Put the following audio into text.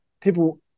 people